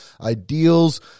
ideals